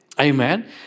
Amen